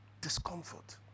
Discomfort